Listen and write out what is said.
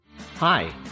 Hi